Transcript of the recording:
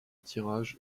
tirage